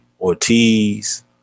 Ortiz